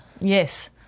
Yes